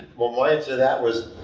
well my answer to that was,